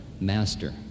master